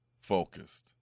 focused